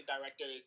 directors